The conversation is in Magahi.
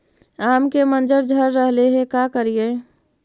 आम के मंजर झड़ रहले हे का करियै?